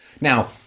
Now